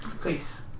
please